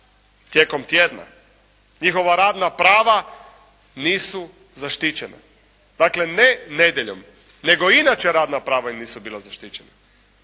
tijekom tjedna, njihova radna prava nisu zaštićena. Dakle, ne nedjeljom nego inače radna prava im nisu bila zaštićena.